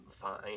fine